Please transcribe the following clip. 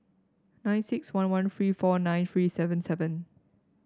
nine six one one three four nine three seven seven